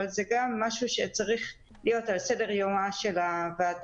אבל זה גם משהו שצריך להיות על סדר יומה של הוועדה.